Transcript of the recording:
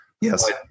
Yes